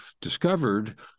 discovered